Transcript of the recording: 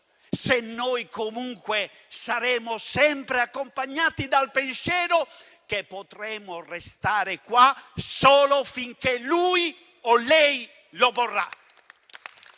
se noi, comunque, saremo sempre accompagnati dal pensiero che potremo restare qua solo finché lui o lei lo vorrà.